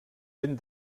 ben